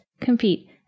compete